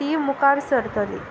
ती मुखार सरतली